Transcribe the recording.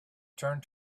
turned